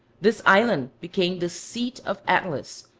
this island became the seat of atlas,